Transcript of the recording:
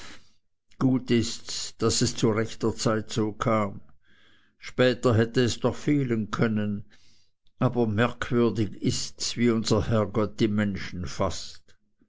gut ists daß es zu rechter zeit so kam später hätte es doch fehlen können aber merkwürdig ists wie unser herrgott die menschen faßt